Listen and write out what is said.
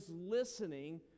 listening